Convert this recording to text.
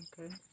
Okay